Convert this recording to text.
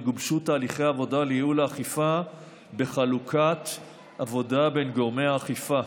וגובשו תהליכי עבודה לייעול האכיפה בחלוקת עבודה בין גורמי האכיפה.